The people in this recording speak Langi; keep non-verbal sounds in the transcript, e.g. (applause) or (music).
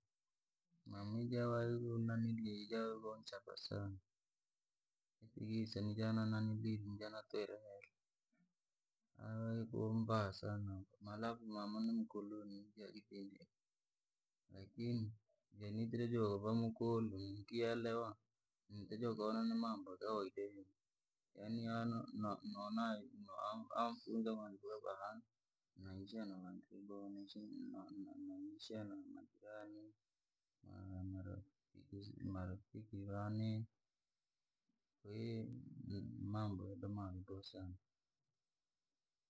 Mama ijawahi kunanili ijawahi kunchapa sana, kisa nijananilii nijanatera hera, alikuwa mbaya sana, malafu mama nimukoloni ija, lakini venanija ni kuuva makuuluu nikielewa, ntaja nikoona ni mambo ya kawaida sana. Yaani ano naona anfunza (unintelligible) (unintelligible) majirani, marafiki vani (unintelligible) mambo ya dhaman bo sana,